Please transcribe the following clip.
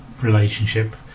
relationship